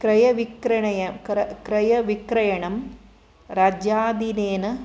क्रयविक्रणय क्र क्रयविक्रयणं राज्याधीनेन